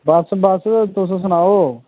बस बस तुस सनाओ